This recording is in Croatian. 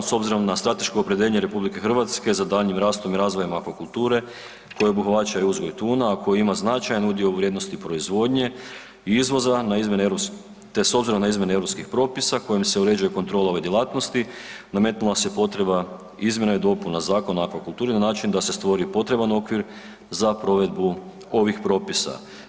S obzirom na strateško opredjeljenje RH za daljnjim rastom i razvojem akvakulture koja obuhvaća i uzgoj tuna, a koja ima značajan udio u vrijednosti proizvodnje izvoza na izmjene, te s obzirom na izmjene europskih propisa kojim se uređuje kontrola ove djelatnosti nametnula se potreba izmjena i dopuna Zakona o akvakulturi na način da se stvori potreban okvir za provedbu ovih propisa.